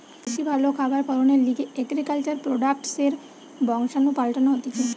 বেশি ভালো খাবার ফলনের লিগে এগ্রিকালচার প্রোডাক্টসের বংশাণু পাল্টানো হতিছে